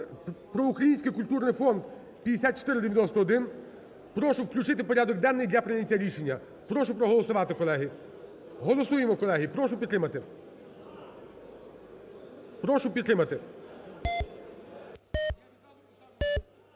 про Український культурний фонд (5491). Прошу включити в порядок денний для прийняття рішення. Прошу проголосувати, колеги. Голосуємо, колеги, прошу підтримати.